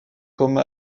comme